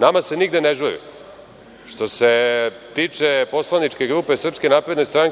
Nama se nigde ne žuri. Što se tiče poslaničke grupe SNS